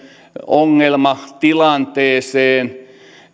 ongelmatilanteeseen